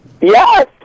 Yes